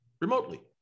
remotely